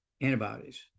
antibodies